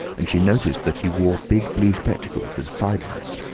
and she noticed that he wore big blue spectacles with sidelights,